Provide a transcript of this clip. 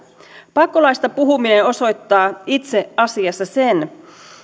pakkolaeista puhuminen osoittaa itse asiassa sen